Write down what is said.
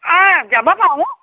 অঁ যাব পাৰোঁ